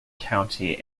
county